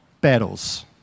battles